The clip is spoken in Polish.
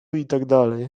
itd